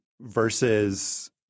versus